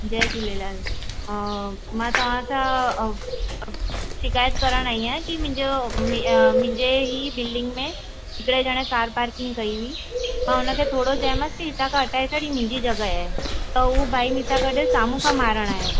जय झूलेलाल मां तव्हां सां शिकायत करण आई आहियां की मुंहिंजो मुंहिंजे ई बिल्डिंग में हिकिड़े ॼणे कार पार्किंग कई हुई मां हुनखे थोरो चयोमांसि की हितां खां हटाए छॾ ई मुंहिंजी जॻहि आहे त उहो भाई मुंसां गॾु साम्हूं खां मारणु आहियो